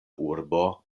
urbo